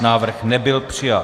Návrh nebyl přijat.